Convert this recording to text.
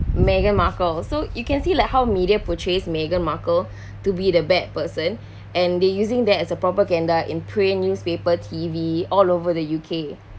meghan markle so you can see like how media portraits meghan markle to be the bad person and they using that as a propaganda in print newspaper T_V all over the U_K